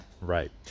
Right